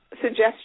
suggestion